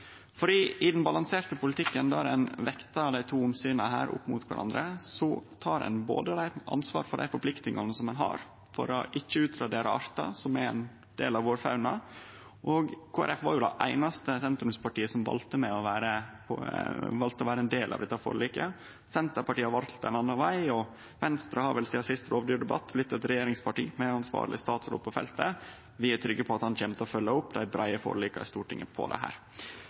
For i den balanserte politikken der ein vektar dei to omsyna opp mot kvarandre, tek ein ansvar for dei forpliktingane ein har for ikkje å utradere artar som er ein del av vår fauna. Kristeleg Folkeparti var det einaste sentrumspartiet som valde å vere ein del av dette forliket. Senterpartiet har valt ein annan veg, og Venstre har vel sidan sist rovdyrdebatt blitt eit regjeringsparti med ansvarleg statsråd på feltet. Vi er trygge på at han kjem til å følgje opp dei breie forlika i Stortinget om dette. Vi står fast på